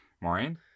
maureen